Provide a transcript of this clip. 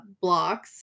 blocks